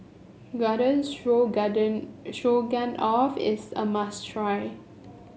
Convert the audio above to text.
Garden Garden Stroganoff is a must try